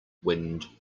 wind